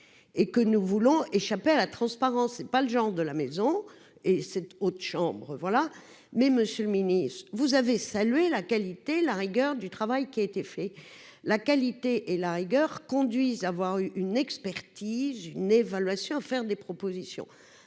et que nous voulons échapper à la transparence, c'est pas le genre de la maison et autre chambre voilà mais Monsieur le Ministre, vous avez salué la qualité, la rigueur du travail qui a été fait, la qualité et la rigueur conduisent à avoir eu une expertise, une évaluation, faire des propositions